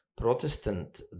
protestant